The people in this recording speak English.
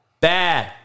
bad